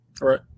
Right